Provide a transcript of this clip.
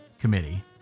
committee